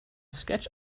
sketch